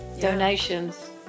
donations